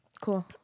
cool